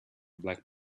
black